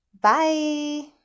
Bye